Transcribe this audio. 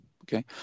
Okay